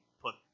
put